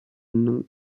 nom